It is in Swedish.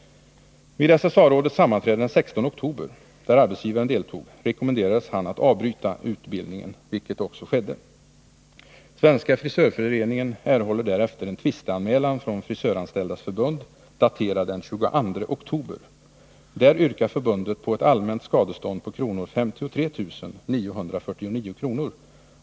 Vid SSA-rådets sammanträde den 16 oktober, där arbetsgivaren deltar, rekommenderas han att avbryta utbildningen, vilket också sker. Svenska frisörföreningen erhåller därefter en tvisteanmälan från Frisöranställdas förbund, daterad den 22 oktober. Där yrkar förbundet på ett allmänt skadestånd på 53 949 kr.